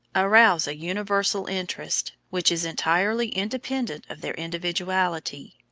arouse a universal interest, which is entirely independent of their individuality.